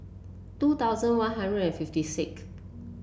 two thousand One Hundred and fifty sixth